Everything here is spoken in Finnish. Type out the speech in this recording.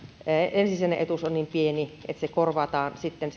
ensisijainen etuus on niin pieni niin se loppu korvataan sitten